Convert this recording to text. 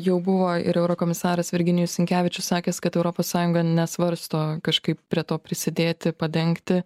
jau buvo ir eurokomisaras virginijus sinkevičius sakęs kad europos sąjunga nesvarsto kažkaip prie to prisidėti padengti